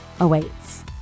awaits